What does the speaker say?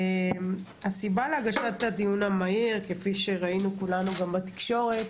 הסיבה להגשת הדיון המהיר כפי שראינו כולנו גם בתקשורת,